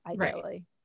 ideally